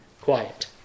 quiet